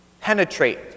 Penetrate